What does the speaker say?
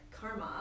karma